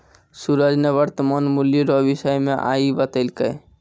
सूरज ने वर्तमान मूल्य रो विषय मे आइ बतैलकै